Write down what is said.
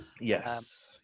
Yes